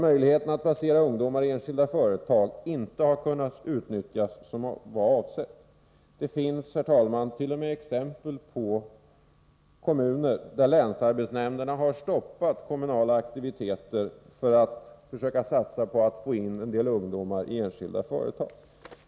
Möjligheterna att placera ungdomar i enskilda företag har inte kunnat utnyttjas som det var avsett. Det finns, herr talman, t.o.m. exempel på kommuner där länsarbetsnämnderna har stoppat kommunala aktiviteter där man försöker satsa på att få in en del ungdomar i enskilda företag.